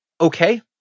Okay